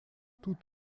tout